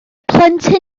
plentyn